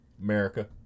America